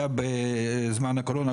היה בזמן הקורונה,